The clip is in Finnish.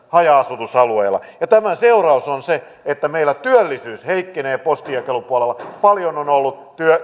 haja asutusalueilla ja tämän seuraus on myös se että meillä työllisyys heikkenee postinjakelupuolella paljon on ollut